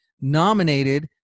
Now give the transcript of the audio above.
nominated